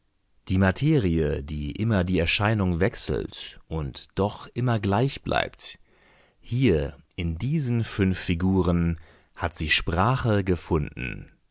die materie die immer die erscheinung wechselt und doch immer gleich bleibt hier in diesen fünf figuren hat sie sprache gefunden